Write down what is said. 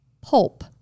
pulp